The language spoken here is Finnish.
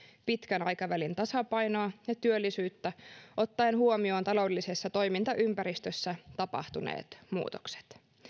pitkän aikavälin tasapainoa ja työllisyyttä ottaen huomioon taloudellisessa toimintaympäristössä tapahtuneet muutokset